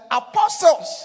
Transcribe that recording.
apostles